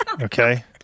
okay